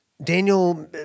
Daniel